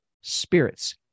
spirits